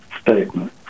statement